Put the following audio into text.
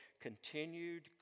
continued